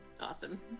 Awesome